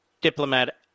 diplomat